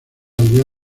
aldea